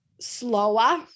slower